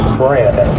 brand